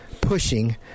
pushing